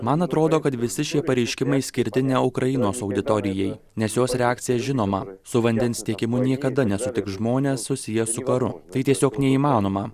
man atrodo kad visi šie pareiškimai skirti ne ukrainos auditorijai nes jos reakcija žinoma su vandens tiekimu niekada nesutiks žmonės susiję su karu tai tiesiog neįmanoma